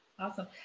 Awesome